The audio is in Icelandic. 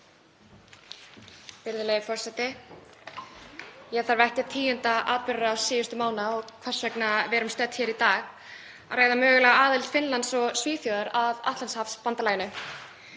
Virðulegi forseti. Ég þarf ekki að tíunda atburðarás síðustu mánaða og hvers vegna við erum stödd hér í dag að ræða mögulega aðild Finnlands og Svíþjóðar að Atlantshafsbandalaginu.